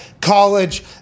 college